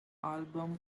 album